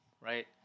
right